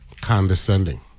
condescending